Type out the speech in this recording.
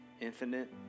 infinite